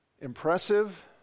impressive